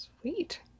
Sweet